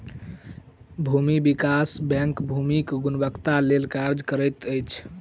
भूमि विकास बैंक भूमिक गुणवत्ताक लेल काज करैत अछि